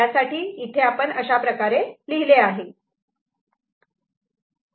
त्यासाठी इथे आपण अशाप्रकारे लिहिले आहे